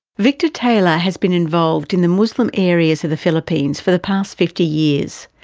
victor taylor had been involved in the muslim areas of the philippines for the past fifty years.